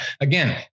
Again